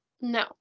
no